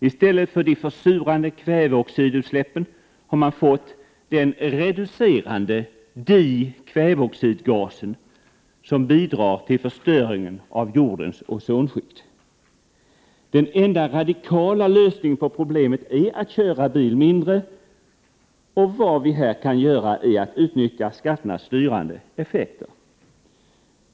I stället för de försurande kväveoxidutsläppen har man fått den reducerande dikväveoxidgasen, som bidrar till förstöringen av jordens ozonskikt. Den enda radikala lösningen på problemet är att köra bil mindre. Vad vi kan göra här är att utnyttja skatternas styrande effekter.